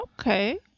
Okay